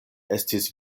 estis